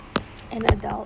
an adult